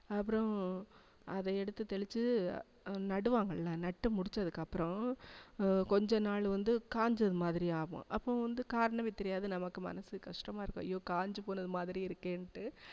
அப்புறோம் அதை எடுத்து தெளிச்சு நடுவாங்கள்ல நட்டு முடிச்சதுக்கப்புறோம் கொஞ்ச நாள் வந்து காய்ஞ்சது மாதிரி ஆவும் அப்போ வந்து காரணமே தெரியாது நமக்கு மனசு கஷ்டமாக இருக்கும் ஐயோ காய்ஞ்சிப்போனது மாதிரி இருக்கேன்ட்டு